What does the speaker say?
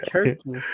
Turkey